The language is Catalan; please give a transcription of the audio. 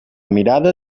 mirada